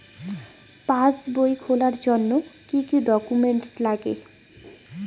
পাসবই খোলার জন্য কি কি ডকুমেন্টস লাগে?